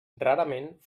rarament